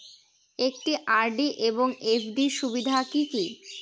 একটি আর.ডি এবং এফ.ডি এর সুবিধা কি কি?